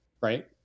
right